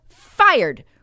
fired